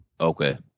Okay